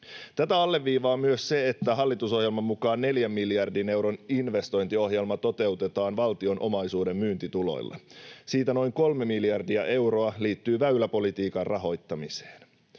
Tätä alleviivaa myös se, että hallitusohjelman mukaan neljän miljardin euron investointiohjelma toteutetaan valtion omaisuuden myyntituloilla. Siitä noin kolme miljardia euroa liittyy väyläpolitiikan rahoittamiseen.